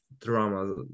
drama